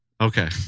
Okay